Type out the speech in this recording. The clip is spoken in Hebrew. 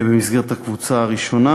במסגרת הקבוצה הראשונה,